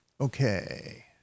Okay